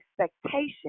expectation